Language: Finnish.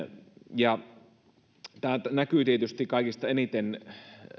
tämä näkyy tietysti kaikista eniten